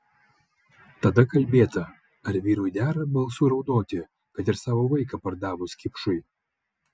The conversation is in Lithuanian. tada kalbėta ar vyrui dera balsu raudoti kad ir savo vaiką pardavus kipšui